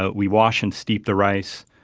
ah we wash and steep the rice.